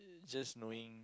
just knowing